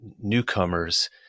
newcomers